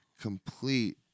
complete